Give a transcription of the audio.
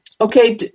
Okay